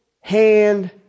hand